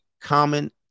common